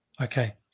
Okay